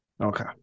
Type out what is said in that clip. Okay